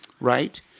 Right